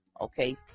okay